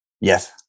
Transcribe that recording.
Yes